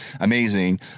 amazing